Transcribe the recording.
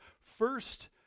first